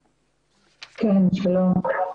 כן, שלום.